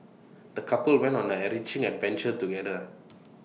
the couple went on an enriching adventure together